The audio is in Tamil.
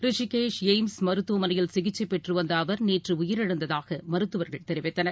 ரிஷிகேஷ் எய்ம்ஸ் மருத்துவமனையில் சிகிச்சைபெற்றுவந்தஅவர் நேற்றுஉயிரிழந்ததாகமருத்துவர்கள் தெரிவித்தனர்